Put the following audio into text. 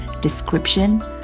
description